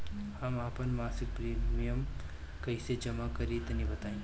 हम आपन मसिक प्रिमियम कइसे जमा करि तनि बताईं?